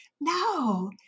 No